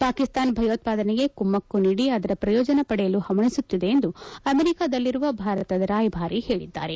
ಪಾಕಿಸ್ತಾನ ಭಯೋತ್ಪಾದನೆಗೆ ಕುಮ್ನಕ್ಕು ನೀಡಿ ಅದರ ಪ್ರಯೋಜನ ಪಡೆಯಲು ಹವಣಿಸುತ್ತಿದೆ ಎಂದು ಅಮೆರಿದಲ್ಲಿರುವ ಭಾರತದ ರಾಯಭಾರಿ ಹೇಳಿದ್ದಾರೆ